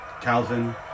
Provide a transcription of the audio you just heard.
Calvin